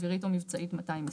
אווירית או מבצעית - 220.